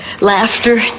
laughter